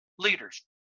leaders